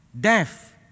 Death